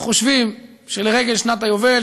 חושבים שלרגל שנת היובל,